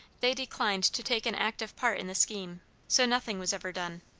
they declined to take an active part in the scheme so nothing was ever done.